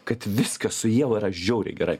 kad viskas su ieva yra žiauriai gerai